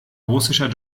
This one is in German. russischer